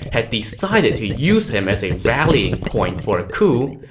had decided to use him as a rallying point for a coup,